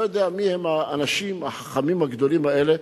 לא יודע מיהם האנשים החכמים הגדולים האלה,